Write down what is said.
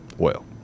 oil